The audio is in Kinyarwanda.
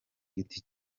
giti